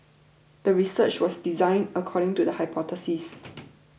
the research was designed according to the hypothesis